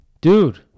Dude